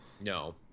no